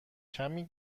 کمی